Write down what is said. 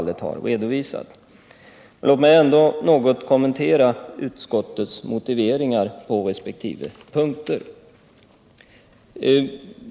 Låt 107 mig ändå något kommentera utskottets motiveringar på resp. punkter.